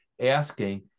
asking